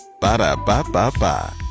Ba-da-ba-ba-ba